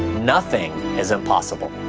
nothing is impossible.